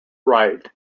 wright